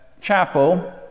chapel